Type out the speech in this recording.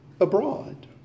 abroad